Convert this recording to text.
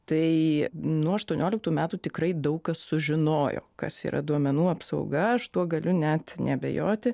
tai nuo aštuonioliktų metų tikrai daug kas sužinojo kas yra duomenų apsauga aš tuo galiu net neabejoti